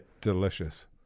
delicious